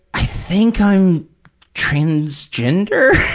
i think i'm transgender,